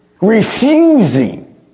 refusing